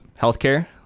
healthcare